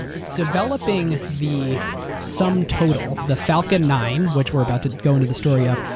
and developing the sum total, the falcon nine, which we're about to go into the story of,